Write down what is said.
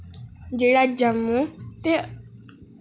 जेह्ड़ा जम्मू ते